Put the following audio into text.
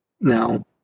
Now